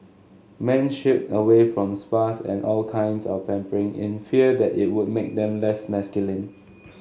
men shied away from spas and all kinds of pampering in fear that it would make them less masculine